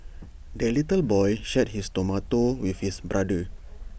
the little boy shared his tomato with his brother